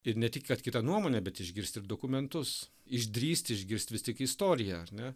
ir ne tik kad kitą nuomonę bet išgirst ir dokumentus išdrįst išgirst vis tik istoriją ar ne